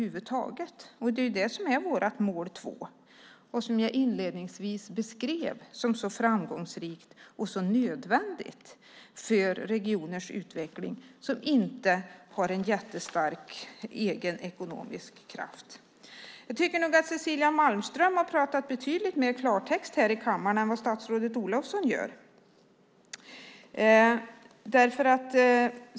Men det här är ju det som är vårt mål 2 och som jag inledningsvis beskrev som så framgångsrikt och så nödvändigt för utvecklingen i regioner som inte själva har en jättestor ekonomisk kraft. Jag tycker nog att Cecilia Malmström betydligt mer har talat klarspråk här i kammaren än vad statsrådet Olofsson nu gör.